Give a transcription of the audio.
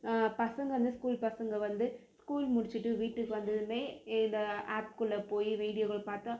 பசங்கள் வந்து ஸ்கூல் பசங்கள் வந்து ஸ்கூல் முடிச்சுட்டு வீட்டுக்கு வந்ததுமே இந்த ஆப் குள்ளே போய் வீடியோகள் பார்த்தா